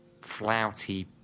flouty